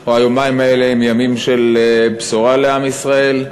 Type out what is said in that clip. או היומיים האלה הם ימים של בשורה לעם ישראל,